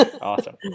Awesome